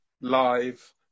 live